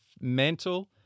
mental